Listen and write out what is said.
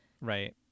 Right